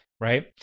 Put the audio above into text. right